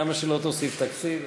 כמה שלא תוסיף תקציב.